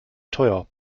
teuer